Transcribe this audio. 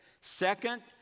Second